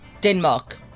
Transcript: Denmark